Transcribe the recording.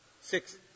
Six